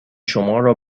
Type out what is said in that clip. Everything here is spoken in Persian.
شمارا